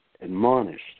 admonished